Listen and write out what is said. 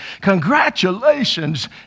congratulations